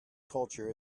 culture